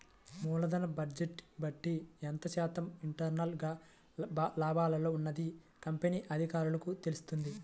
మూలధన బడ్జెట్ని బట్టి ఎంత శాతం ఇంటర్నల్ గా లాభాల్లో ఉన్నది కంపెనీ అధికారులకు తెలుత్తది